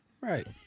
Right